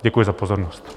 Děkuji za pozornost.